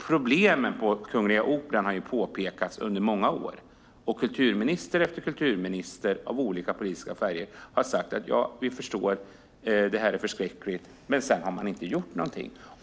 Problemen på Kungliga Operan har påpekats under många år, och kulturminister efter kulturminister av olika politisk färg har sagt "Vi förstår, det är förskräckligt", men sedan har man inte gjort något.